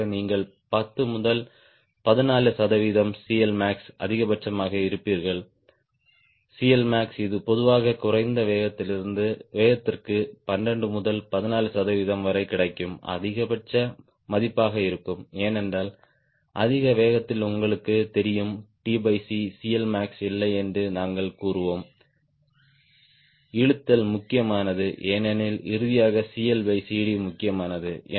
பொதுவாக நீங்கள் 12 முதல் 14 சதவிகிதம் CLmax அதிகபட்சமாக இருப்பீர்கள்CLmax இது பொதுவாக குறைந்த வேகத்திற்கு 12 முதல் 14 சதவிகிதம் வரை கிடைக்கும் அதிகபட்ச மதிப்பாக இருக்கும் ஏனென்றால் அதிக வேகத்தில் உங்களுக்குத் தெரியும் CLmax இல்லை என்று நாங்கள் கூறுவோம் ட்ராக் முக்கியமானது ஏனெனில் இறுதியாக CLCD முக்கியமானது